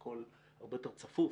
הכול הרבה יותר צפוף,